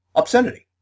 obscenity